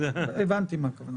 הבנתי מה הכוונה.